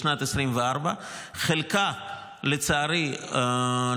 בשנת 2024. חלקה הלא-קטן,